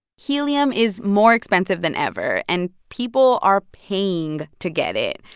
helium is more expensive than ever, and people are paying to get it.